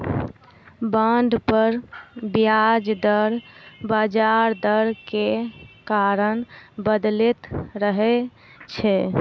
bond पर ब्याज दर बजार दर के कारण बदलैत रहै छै